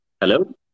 Hello